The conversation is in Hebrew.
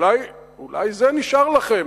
אולי זה נשאר לכם,